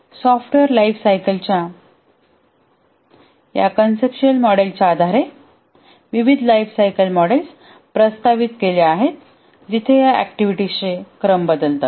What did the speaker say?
software life सायकलच्या या conceptual मॉडेलच्या आधारे विविध लाइफ सायकल मॉडेल्स प्रस्तावित केले आहेत जिथे या ऍक्टिव्हिटीज चेक्रम बदलतात